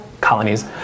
colonies